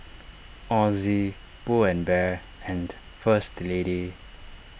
Ozi Pull and Bear and First Lady